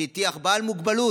הטיח בעל מוגבלות,